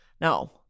No